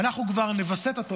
ואנחנו כבר נווסת אותו,